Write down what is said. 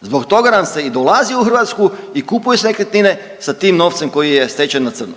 zbog toga nam se i dolazi u Hrvatsku i kupuju se nekretnine sa tim novcem koji je stečen na crno.